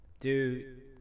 dude